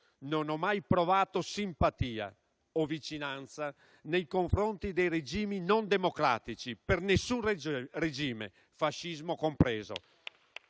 «Non ho mai provato simpatia o vicinanza nei confronti dei regimi non democratici, per nessun regime, fascismo compreso.